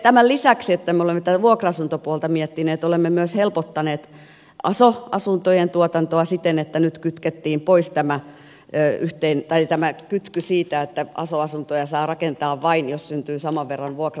sen lisäksi että me olemme tätä vuokra asuntopuolta miettineet olemme myös helpottaneet aso asuntojen tuotantoa siten että nyt kytkettiin pois tämä kytky siitä että aso asuntoja saa rakentaa vain jos syntyy saman verran vuokra asuntotuotantoa